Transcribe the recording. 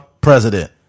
president